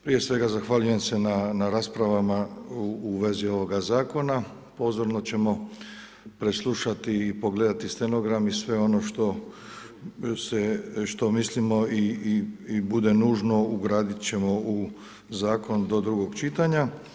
Prije svega zahvaljujem se na raspravama u vezi ovoga zakona, pozorno ćemo preslušati i pogledati stenogram i sve ono što mislimo i bude nužno ugradit ćemo u zakon do drugog čitanja.